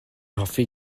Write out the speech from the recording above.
hoffi